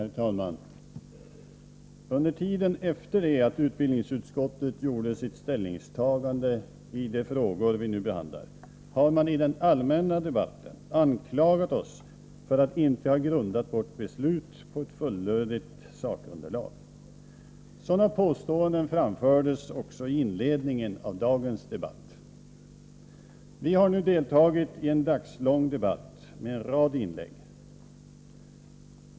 Herr talman! Under tiden efter det att utbildningsutskottet tog ställning till de frågor som vi nu behandlar har man i den allmänna debatten anklagat oss för att inte ha grundat vårt beslut på ett fullödigt sakunderlag. Sådana påståenden framfördes också i inledningen till dagens debatt. Vi har nu deltagit i en dagslång diskussion med en rad inlägg.